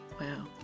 Wow